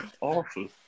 awful